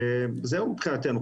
זהו מבחינתנו.